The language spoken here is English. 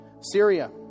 Syria